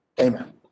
Amen